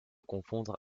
confondre